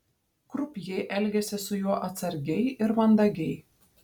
krupjė elgėsi su juo atsargiai ir mandagiai